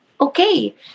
okay